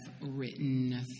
written